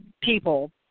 people